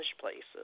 places